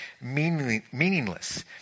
meaningless